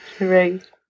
right